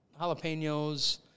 jalapenos